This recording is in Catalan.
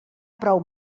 prou